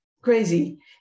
crazy